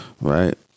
right